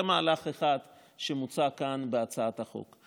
זה מהלך אחד שמוצע כאן בהצעת החוק.